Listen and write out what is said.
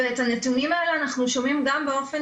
את הנתונים האלה אנחנו שומעים גם באופן